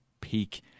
peak